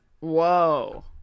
Whoa